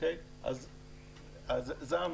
זה המצב.